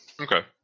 Okay